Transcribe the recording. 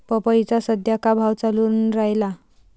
पपईचा सद्या का भाव चालून रायला?